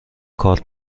کارت